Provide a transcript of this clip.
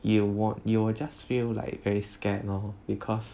you~ you'll just feel like very scared lor because